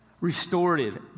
restorative